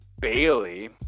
Bailey